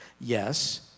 Yes